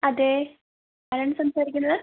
അതെ ആരാണ് സംസാരിക്കുന്നത്